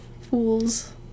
Fools